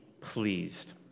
pleased